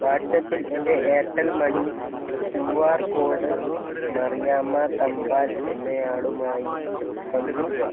വാട്ട്സ്ആപ്പിൽ എൻ്റെ Airtel money Q R code Mariyamma Thampan എന്നയാളുമായി പങ്കിടുക